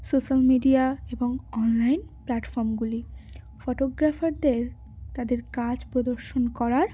social media এবং online প্ল্যাটফর্মগুলি ফটোগ্রাফারদের তাদের কাজ প্রদর্শন করার